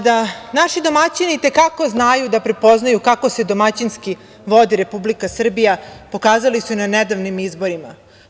Da naši domaćini i te kako znaju da prepoznaju kako se domaćinski vodi Republika Srbija pokazali su na nedavnim izborima.